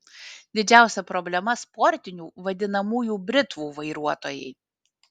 didžiausia problema sportinių vadinamųjų britvų vairuotojai